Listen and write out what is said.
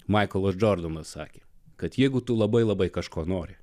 maiklas džordanas sakė kad jeigu tu labai labai kažko nori